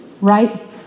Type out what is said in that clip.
right